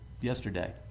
Yesterday